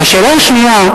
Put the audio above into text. והשאלה השנייה,